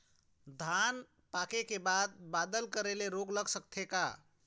धान पाके के बाद बादल करे ले रोग लग सकथे का?